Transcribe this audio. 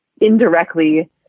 indirectly